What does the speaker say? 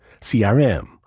CRM